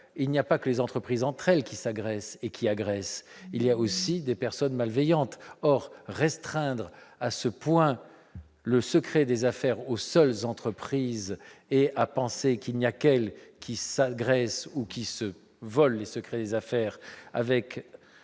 il n'y a pas que les entreprises qui s'agressent et qui agressent ; il y a aussi des personnes malveillantes. Or restreindre à ce point le secret des affaires aux seules entreprises et penser qu'il n'y a qu'elles qui s'agressent ou se volent les secrets des affaires me